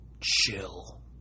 chill